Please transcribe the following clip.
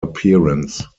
appearance